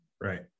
Right